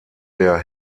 der